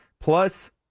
Plus